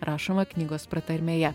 rašoma knygos pratarmėje